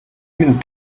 минь